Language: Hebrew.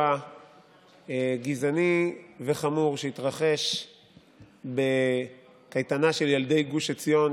גזעני וחמור שהתרחש בקייטנה של ילדי גוש עציון,